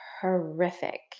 horrific